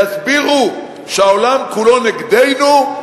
יסבירו שהעולם כולו נגדנו,